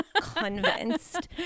convinced